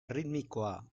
erritmikoa